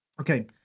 Okay